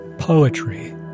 Poetry